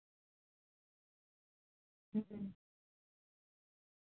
ᱦᱩᱸ